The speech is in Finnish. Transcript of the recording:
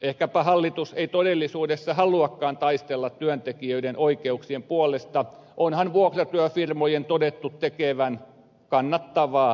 ehkäpä hallitus ei todellisuudessa haluakaan taistella työntekijöiden oikeuksien puolesta onhan vuokratyöfirmojen todettu tekevän kannattavaa bisnestä